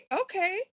Okay